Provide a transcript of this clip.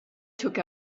took